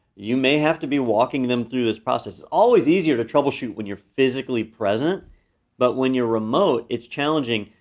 you may have to be walking them through this process. it's always easier to troubleshoot when you're physically present but when you're remote it's challenging,